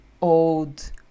old